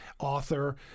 author